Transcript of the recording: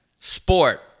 sport